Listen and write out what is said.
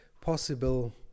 possible